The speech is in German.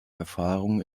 erfahrungen